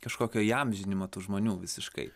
kažkokio įamžinimo tų žmonių visiškai